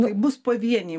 tai bus pavieniai